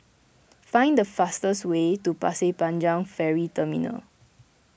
find the fastest way to Pasir Panjang Ferry Terminal